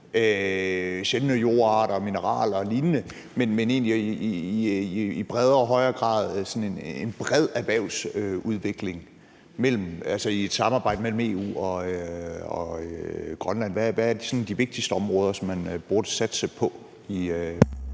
sjældne jordarter og mineraler og lignende, men egentlig i bredere og højere grad om en bred erhvervsudvikling i et samarbejde mellem EU og Grønland. Hvad er sådan de vigtigste områder, man burde satse på i